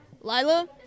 Lila